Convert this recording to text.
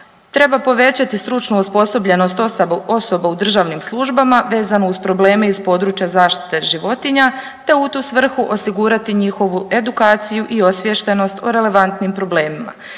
Treba povećati stručnu osposobljenost osoba u državnim službama vezano uz probleme iz područja zaštite životinja, te u tu svrhu osigurati njihovu edukaciju i osviještenost o relevantnim problemima.